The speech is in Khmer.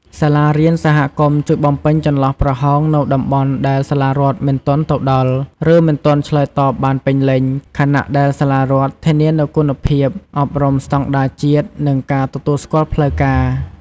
សាលារៀនសហគមន៍ជួយបំពេញចន្លោះប្រហោងនៅតំបន់ដែលសាលារដ្ឋមិនទាន់ទៅដល់ ឬមិនទាន់ឆ្លើយតបបានពេញលេញ ខណៈដែលសាលារដ្ឋធានានូវគុណភាពអប់រំស្តង់ដារជាតិ និងការទទួលស្គាល់ផ្លូវការ។